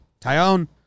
Tyone